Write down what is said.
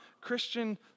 Christian